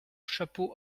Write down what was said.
chapeau